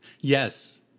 yes